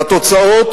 והתוצאות